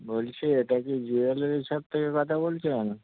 বলছি এটা কি জুয়েলারি শপ থেকে কথা বলছেন